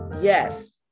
Yes